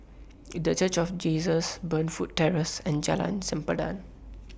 The Church of Jesus Burnfoot Terrace and Jalan Sempadan